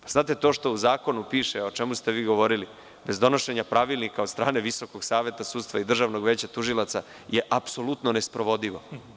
Znate, to što u zakonu piše, a o čemu ste vi govorili, bez donošenja pravilnika od strane Visokog saveta sudstva i Državnog veća tužilaca je apsolutno nesprovodivo.